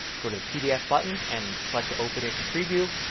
go to the pdf button and select open it in preview.